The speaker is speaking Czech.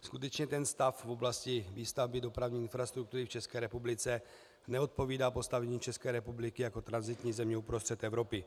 Skutečně stav v oblasti výstavby dopravní infrastruktury v České republice neodpovídá postavení České republiky jako tranzitní země uprostřed Evropy.